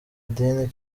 dini